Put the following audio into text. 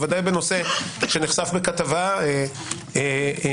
ודאי בנושא שנחשף בכתבה בכלכליסט,